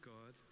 God